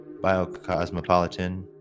biocosmopolitan